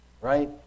Right